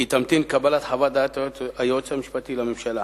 כי תמתין לקבלת חוות דעת היועץ המשפטי לממשלה.